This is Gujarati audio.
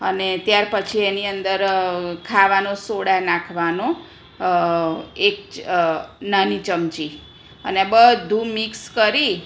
અને ત્યાર પછી એની અંદર ખાવાનો સોડા નાંખવાનો એક નાની ચમચી અને બધું મીક્ષ કરી